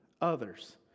others